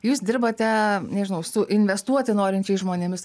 jūs dirbate nežinau su investuoti norinčiais žmonėmis